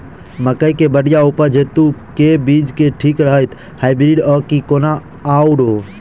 मकई केँ बढ़िया उपज हेतु केँ बीज ठीक रहतै, हाइब्रिड आ की कोनो आओर?